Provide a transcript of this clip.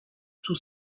tous